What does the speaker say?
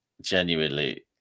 genuinely